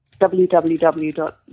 www